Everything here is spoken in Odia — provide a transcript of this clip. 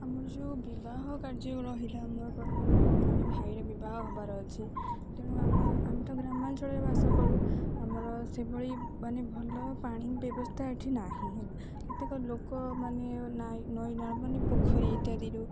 ଆମର ଯେଉଁ ବିବାହ କାର୍ଯ୍ୟ ରହିଲା ଆମର ପ୍ରଥମ ଜଣେ ଭାଇର ବିବାହ ହବାର ଅଛି ତେଣୁ ଆମେ ଆମେ ତ ଗ୍ରାମାଞ୍ଚଳରେ ବାସ କରୁ ଆମର ସେଭଳି ମାନେ ଭଲ ପାଣି ବ୍ୟବସ୍ଥା ଏଠି ନାହିଁ ହେଲା କେତେକ ଲୋକମାନେ ନାଇ ନଈ ନ ମାନେ ପୋଖରୀ ଇତ୍ୟାଦିରୁ